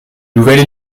nouvelle